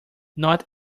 not